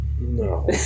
No